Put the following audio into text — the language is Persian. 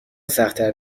سختتر